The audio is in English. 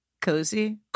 cozy